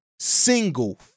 single